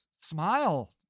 Smile